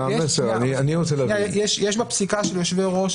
אני רוצה להבין -- יש בפסיקה של יושבי-ראש